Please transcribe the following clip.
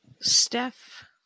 Steph